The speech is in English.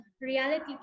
reality